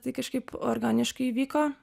tai kažkaip organiškai įvyko